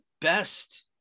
best